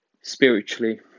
spiritually